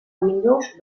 windows